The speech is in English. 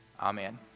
Amen